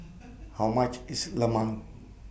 How much IS Lemang